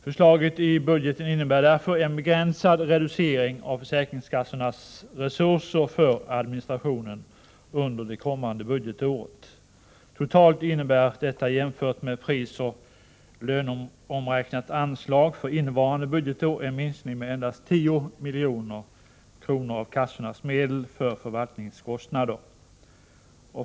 Förslaget i budgeten innebär därför en begränsad reducering av försäkringskassornas resurser för administrationen under det kommande budgetåret. Totalt innebär detta jämfört med prisoch löneomräknat anslag för innevarande budgetår en minskning med endast 10 milj.kr. av kassornas medel för förvaltningskostnader.